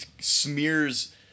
smears